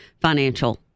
financial